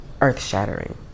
earth-shattering